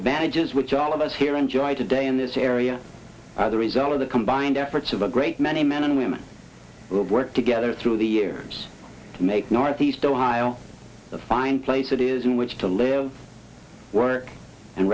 advantages which all of us here enjoyed today in this area are the result of the combined efforts of a great many men and women who work together through the years to make northeast ohio a fine place it is in which to live work and